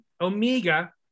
Omega